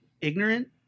ignorant